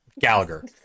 Gallagher